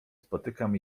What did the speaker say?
spotykam